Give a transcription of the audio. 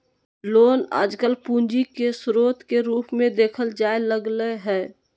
loan आजकल पूंजी के स्रोत के रूप मे देखल जाय लगलय हें